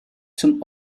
zum